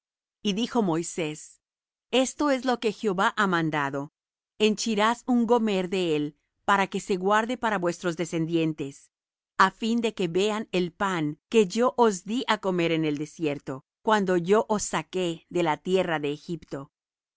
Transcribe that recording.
y dijo moisés esto es lo que jehová ha mandado henchirás un gomer de él para que se guarde para vuestros descendientes á fin de que vean el pan que yo os dí á comer en el desierto cuando yo os saqué de la tierra de egipto